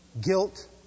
Guilt